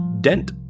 Dent